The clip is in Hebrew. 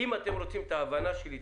אם אתם רוצים את ההבנה שלי,